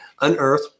unearth